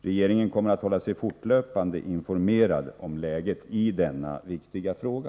Regeringen kommer att hålla sig fortlöpande informerad om läget i denna viktiga fråga.